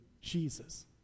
Jesus